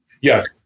Yes